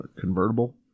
convertible